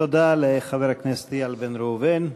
תודה לחבר הכנסת איל בן ראובן.